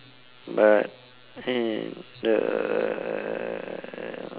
but in the